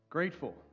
Grateful